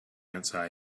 outside